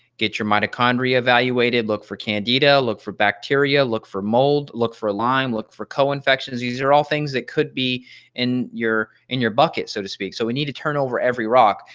get the mitochondria evaluated, look for candida, look for bacteria, look for mold, look for lyme, look for co-infections, these are all things that could be in your in your bucket so to speak. so we need to turn over every rock.